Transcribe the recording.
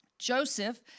Joseph